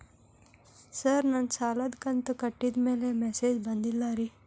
sir ನನ್ನ ಸಾಲದ ಕಂತು ಕಟ್ಟಿದಮೇಲೆ ಮೆಸೇಜ್ ಬಂದಿಲ್ಲ ರೇ